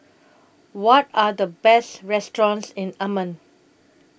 What Are The Best restaurants in Amman